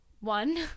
One